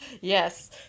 Yes